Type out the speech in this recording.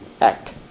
act